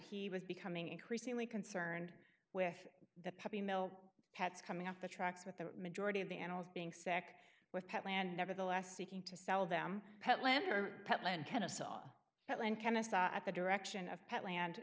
he was becoming increasingly concerned with the puppy mill cats coming off the tracks with the majority of the animals being sick with pet land nevertheless seeking to sell them pet lander pet land kennesaw land chemists at the direction of pet land